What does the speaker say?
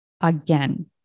again